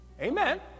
Amen